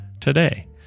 today